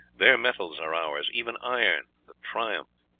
their metals are ours. even iron, the triumph,